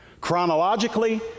Chronologically